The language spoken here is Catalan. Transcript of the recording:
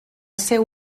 seu